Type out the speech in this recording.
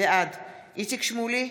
בעד איציק שמולי,